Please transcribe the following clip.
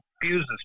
confuses